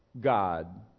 God